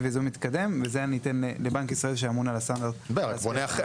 וייזום מתקדם שזה אני אתן לבנק ישראל שאמון על --- אז בוא נאחד,